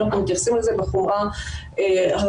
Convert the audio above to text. ואנחנו מתייחסים לזה בחומרה הראויה.